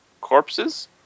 Corpses